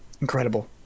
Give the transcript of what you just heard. incredible